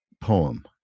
poem